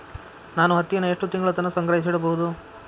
ನಾನು ಹತ್ತಿಯನ್ನ ಎಷ್ಟು ತಿಂಗಳತನ ಸಂಗ್ರಹಿಸಿಡಬಹುದು?